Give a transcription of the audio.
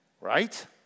Right